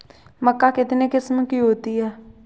मक्का कितने किस्म की होती है?